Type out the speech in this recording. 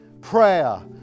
prayer